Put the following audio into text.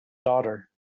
daughter